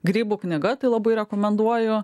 grybų knyga tai labai rekomenduoju